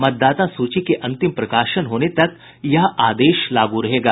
मतदाता सूची के अंतिम प्रकाशन होने तक यह आदेश लागू रहेगा